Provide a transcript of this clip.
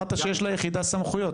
אמרת שיש ליחידה סמכויות,